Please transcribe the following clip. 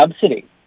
subsidy